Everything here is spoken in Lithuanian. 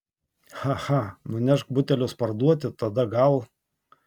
cha cha nunešk butelius parduoti tada gal